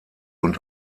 und